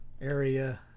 Area